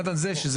הוא